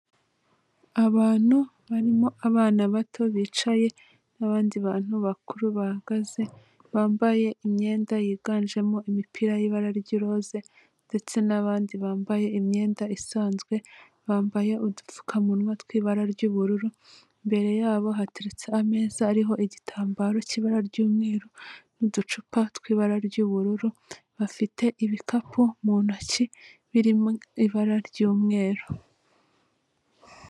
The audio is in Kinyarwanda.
Abantu barimo abana bato bicaye n'abandi bantu bakuru bahagaze, bambaye imyenda yiganjemo imipira y'ibara ry'iroze ndetse n'abandi bambaye imyenda isanzwe, bambaye udupfukamunwa tw'ibara ry'ubururu, imbere yabo hateretse ameza ariho igitambaro k'ibara ry'umweru n'uducupa tw'ibara ry'ubururu, bafite ibikapu mu ntoki birimo ibara ry'umweru.